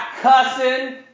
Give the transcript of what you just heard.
cussing